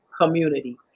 community